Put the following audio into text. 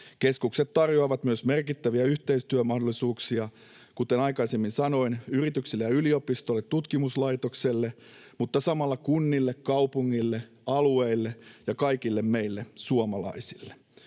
Keskukset tar-joavat myös merkittäviä yhteistyömahdollisuuksia, kuten aikaisemmin sanoin, yrityksille ja yliopistollisille tutkimuslaitoksille, mutta samalla kunnille, kaupungeille, alueille ja kaikille meille suomalaisille.